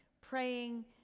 praying